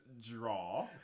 draw